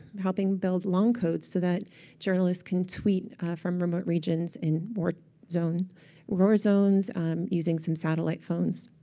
helping build long codes so that journalists can tweet from remote regions in war zones war zones using some satellite phones.